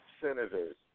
senators